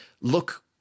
look